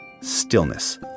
stillness